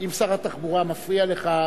אם שר התחבורה מפריע לך,